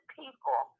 people